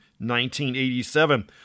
1987